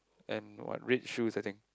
and what red shoes I think